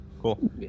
Cool